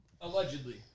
allegedly